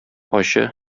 ачы